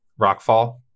Rockfall